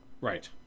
Right